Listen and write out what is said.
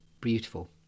beautiful